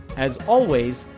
as always,